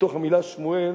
בתוך המלה "שמואל"